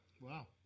Wow